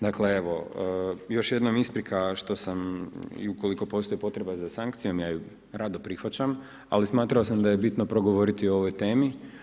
Dakle evo još jednom isprika što sam i ukoliko postoji potreba za sankcijom, ja ju rado prihvaćam, ali smatrao sam da je bitno progovoriti o ovoj temi.